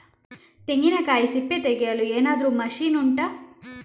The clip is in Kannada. ತೆಂಗಿನಕಾಯಿ ಸಿಪ್ಪೆ ತೆಗೆಯಲು ಏನಾದ್ರೂ ಮಷೀನ್ ಉಂಟಾ